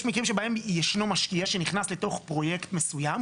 שבהם ישנו משקיע שנכנס לתוך פרויקט מסוים,